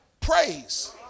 praise